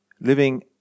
living